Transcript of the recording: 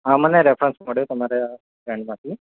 હા મને રેફરન્સ મળ્યો તમારા ફ્રેન્ડમાંથી